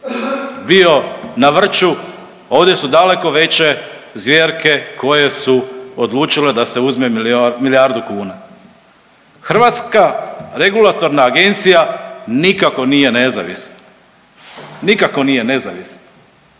bio na vrču. Ovdje su daleko veće zvjerke koje su odlučile da se uzme milijardu kuna. Hrvatska regulatorna agencija nikako nije nezavisna, nikako nije nezavisna.